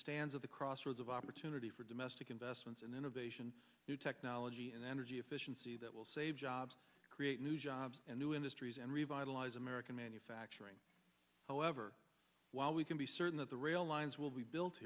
stands at the crossroads of opportunity for domestic investments in innovation new technology and energy efficiency that will save jobs create new jobs and new industries and revitalize american manufacturing however while we can be certain that the rail lines will be built